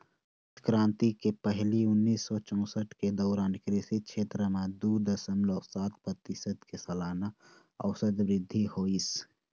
हरित करांति के पहिली उन्नीस सौ चउसठ के दउरान कृषि छेत्र म दू दसमलव सात परतिसत के सलाना अउसत बृद्धि होइस